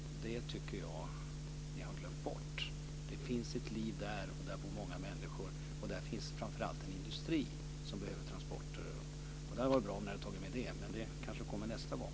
Det tycker jag att ni har glömt bort. Det finns ett liv där, där bor många människor och där finns framför allt en industri som behöver transporter. Det hade varit bra om ni hade tagit med det, men det kanske kommer nästa gång.